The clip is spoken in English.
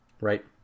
Right